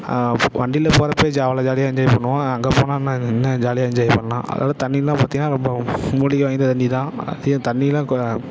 வண்டியில் போகிறப்பே ஜா அவ்வளோ ஜாலியாக என்ஜாய் பண்ணுவோம் அங்கே போனால் இன்னும் இன்னும் ஜாலியாக என்ஜாய் பண்ணலாம் அதாவது தண்ணிலாம் பார்த்தீங்கன்னா ரொம்ப மூலிகை வாய்ந்த தண்ணிதான் அதே தண்ணிலாம்